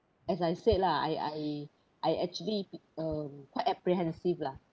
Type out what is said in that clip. as I said lah I I I actually um quite apprehensive lah